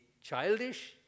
childish